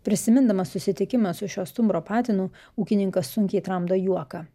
prisimindamas susitikimą su šiuo stumbro patinu ūkininkas sunkiai tramdo juoką